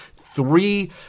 three